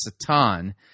Satan